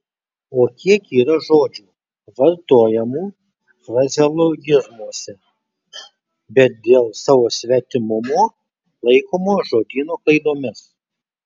o kiek yra žodžių vartojamų frazeologizmuose bet dėl savo svetimumo laikomų žodyno klaidomis